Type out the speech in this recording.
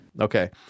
Okay